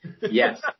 yes